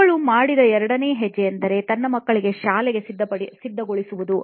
ಅವಳು ಮಾಡಿದ ಎರಡನೇ ಹೆಜ್ಜೆ ತನ್ನ ಮಕ್ಕಳನ್ನು ಶಾಲೆಗೆ ಸಿದ್ಧಗೊಳಿಸುವುದು